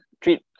Treat